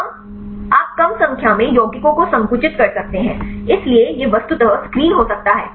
हम आप कम संख्या में यौगिकों को संकुचित कर सकते हैं इसलिए यह वस्तुतः स्क्रीन हो सकता है